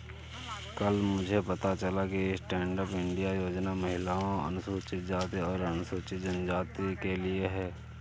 कल मुझे पता चला कि स्टैंडअप इंडिया योजना महिलाओं, अनुसूचित जाति और अनुसूचित जनजाति के लिए है